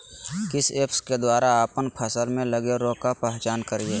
किस ऐप्स के द्वारा अप्पन फसल में लगे रोग का पहचान करिय?